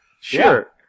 Sure